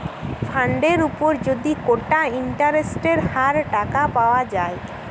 ফান্ডের উপর যদি কোটা ইন্টারেস্টের হার টাকা পাওয়া যায়